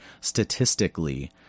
statistically